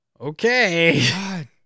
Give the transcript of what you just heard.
okay